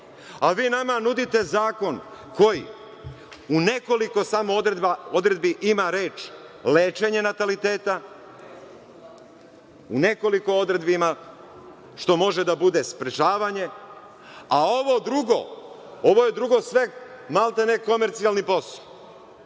a vi nama nudite zakon koji u nekoliko samo odredbi ima reč – lečenje nataliteta, nekoliko odredbi ima što može da bude sprečavanje, a ovo drugo, ovo je drugo sve, maltene komercijalni posao.